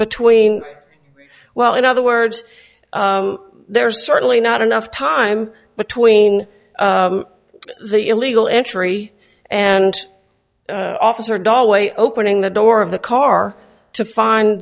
between well in other words there's certainly not enough time between the illegal entry and officer da way opening the door of the car to find